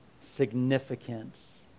significance